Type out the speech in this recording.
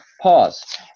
pause